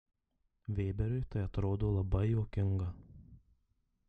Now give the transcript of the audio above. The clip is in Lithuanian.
vėberiui tai atrodo labai juokinga